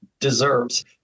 deserves